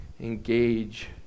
engage